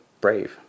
brave